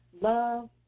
Love